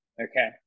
okay